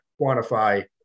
quantify